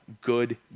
good